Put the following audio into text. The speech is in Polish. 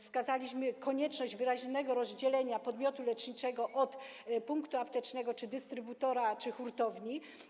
Wskazaliśmy konieczność wyraźnego rozdzielenia podmiotu leczniczego od punktu aptecznego czy dystrybutora, czy hurtowni.